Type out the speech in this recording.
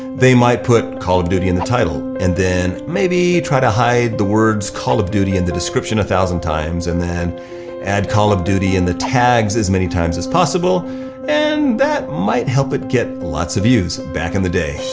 they might put call of duty in the title and then maybe try to hide the words call of duty in the description one thousand times and then add call of duty in the tags as many times as possible and that might help it get lots of views back in the day.